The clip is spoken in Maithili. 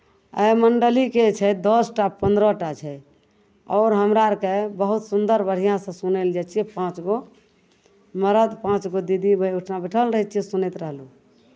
एहि मण्डलीके छै दस टा पन्द्रह टा छै आओर हमरा आरके बहुत सुन्दर बढ़िआँसँ सुनय लेल जाइ छियै पाँच गो मरद पाँच गो दीदी ओहिठिना बैठल रहै छियै सुनैत रहलहुँ